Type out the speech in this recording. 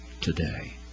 today